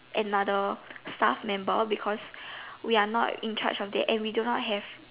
another stuff member because we are not in charge and we do not have